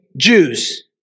Jews